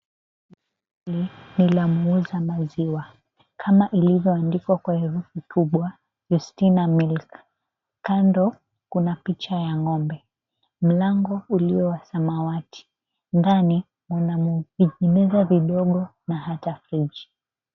Duka hili ni la muuza maziwa kama ilivyoandikwa kwa herufi kubwa Yustina milk kando kuna picha ya ng'ombe, mlango uliyo wa samawati. Ndani mna vijimeza vidogo na hata friji.